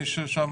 מישהו שם